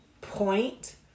point